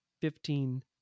fifteen